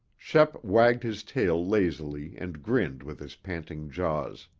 shep wagged his tail lazily and grinned with his panting jaws.